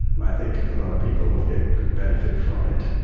and i think a lot of people get benefit from it,